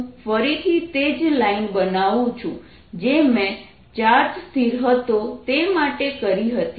હું ફરીથી તે જ લાઇન બનાવું છું જે મેં ચાર્જ સ્થિર હતો તે માટે કરી હતી